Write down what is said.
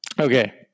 Okay